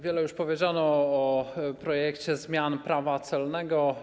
Wiele już powiedziano o projekcie zmian Prawa celnego.